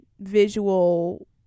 visual